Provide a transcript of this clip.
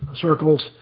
circles